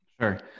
Sure